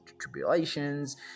tribulations